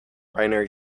binary